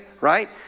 right